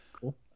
cool